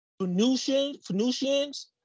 Phoenicians